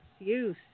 excuse